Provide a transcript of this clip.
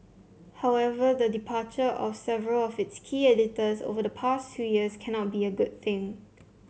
however the departure of several of its key editors over the past two years cannot be a good thing